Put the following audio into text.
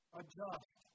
adjust